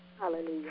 Hallelujah